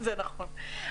זה נכון.